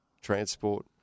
transport